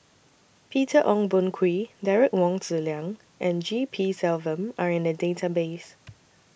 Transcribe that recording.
Peter Ong Boon Kwee Derek Wong Zi Liang and G P Selvam Are in The Database